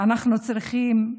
אנחנו צריכים,